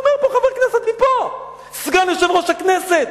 אומר חבר כנסת מפה, סגן יושב-ראש הכנסת: